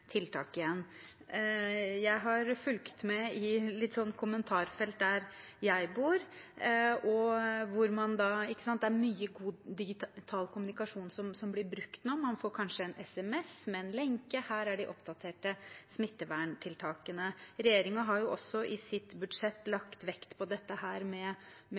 Jeg har fulgt med i kommentarfelt der jeg bor, og det er mye god digital kommunikasjon som blir brukt nå, man får kanskje en SMS med en lenke – her er de oppdaterte smitteverntiltakene. Regjeringen har også i sitt budsjett lagt vekt på dette med